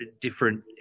different